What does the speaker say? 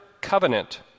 covenant